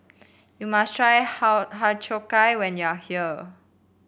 you must try how Har Cheong Gai when you are here